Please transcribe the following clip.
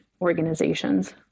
organizations